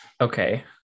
okay